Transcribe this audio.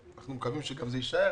אנחנו מקווים שזה יישאר,